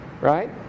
right